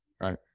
Right